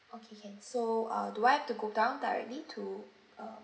okay can so uh do I have to go down directly to uh